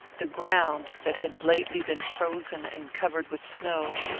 the ground, that had lately been frozen and covered with snow,